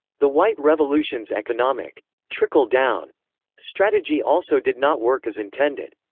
the white revolution's economic trickle-down strategy also did not work as intended.